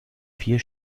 vier